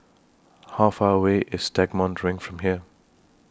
How Far away IS Stagmont Ring from here